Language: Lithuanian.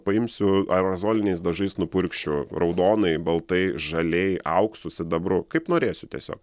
paimsiu aerozoliniais dažais nupurkšiu raudonai baltai žaliai auksu sidabru kaip norėsiu tiesiog